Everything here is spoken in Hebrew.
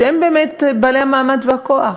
שהם באמת בעלי המעמד והכוח.